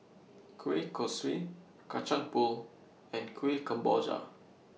Kueh Kosui Kacang Pool and Kuih Kemboja